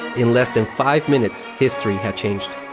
in less than five minutes, history had changed.